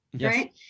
right